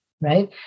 right